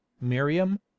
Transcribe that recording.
Miriam